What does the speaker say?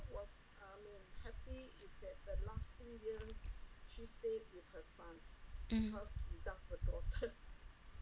mm